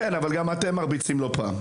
כן, אבל גם אתם מרביצים לא פעם.